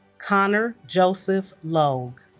conner joseph logue